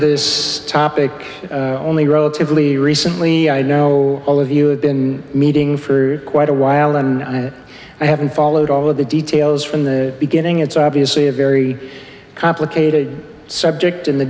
this topic only relatively recently i know all of you have been meeting for quite a while and i haven't followed all of the details from the beginning it's obviously a very complicated subject in the